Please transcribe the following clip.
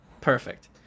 Perfect